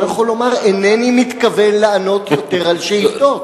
אתה לא יכול לומר: אינני מתכוון לענות יותר על שאילתות.